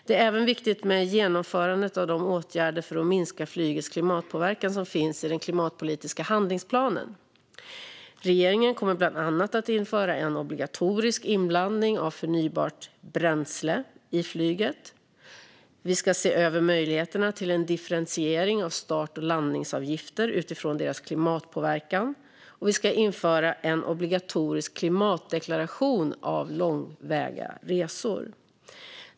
Det är även viktigt med genomförandet av de åtgärder för att minska flygets klimatpåverkan som finns i den klimatpolitiska handlingsplanen . Regeringen kommer bland annat att införa en obligatorisk inblandning av förnybart bränsle i flygbränsle. Vi ska se över möjligheterna till en differentiering av start och landningsavgifter utifrån deras klimatpåverkan, och vi ska införa en obligatorisk klimatdeklaration av långväga resor.